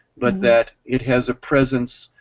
but that it has a presence